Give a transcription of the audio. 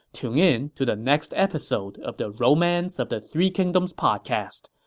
tune in to the next episode of the romance of the three kingdoms podcast.